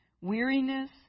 weariness